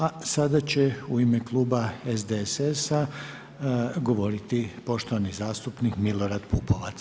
A sada će u ime kluba SDSS-a govoriti poštovani zastupnik Milorad PUpovac.